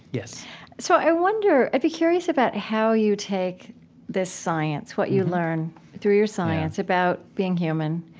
yes so i wonder i'd be curious about how you take this science, what you learn through your science about being human,